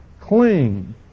cling